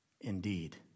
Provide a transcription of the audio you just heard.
indeed